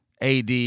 AD